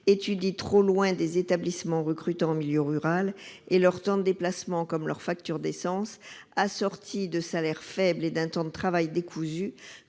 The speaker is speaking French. étudient trop loin des établissements recrutant en milieu rural. Leur temps de déplacement et leur facture d'essence, assortis de salaires faibles et d'un temps de travail décousu,